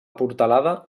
portalada